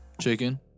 chicken